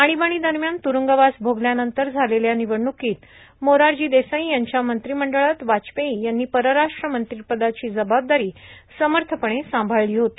आणिबाणी दरम्यान तुरूंगवास भोगल्यानंतर झालेल्या निवडणूकीत मोरारजी देसाई यांच्या मंत्रिमंडळात वाजपेयी यांनी परराष्ट्र मंत्रिपदाची जबाबदारी समर्थपणे सांभाळली होती